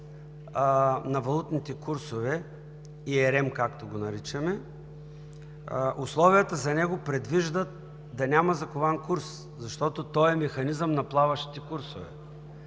на валутните курсове ERМ, както го наричаме, условията за него предвиждат да няма закован курс, защото той е механизъм на плаващите курсове.